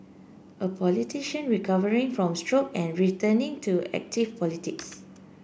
a politician recovering from stroke and returning to active politics